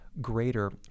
greater